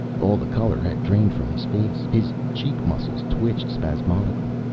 all the color had drained from his face. his cheek muscles twitched spasmodically.